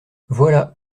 voilà